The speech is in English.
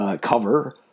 cover